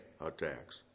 attacks